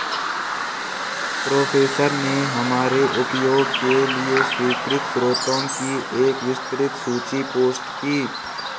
professor ने हमारे उपयोग के लिए स्वीकृत स्रोतों की एक विस्तृत सूची पोस्ट की